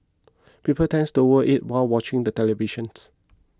people tend to overeat while watching the televisions